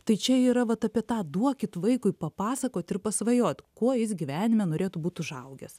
tai čia yra vat apie tą duokit vaikui papasakot ir pasvajot kuo jis gyvenime norėtų būt užaugęs